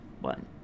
one